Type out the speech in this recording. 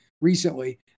recently